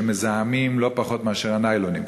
שמזהמים לא פחות מאשר הניילונים,